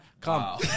Come